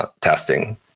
testing